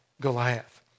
Goliath